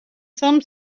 some